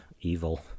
evil